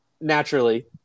naturally